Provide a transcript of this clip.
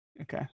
okay